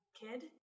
kid